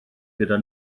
gyda